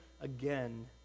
again